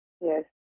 yes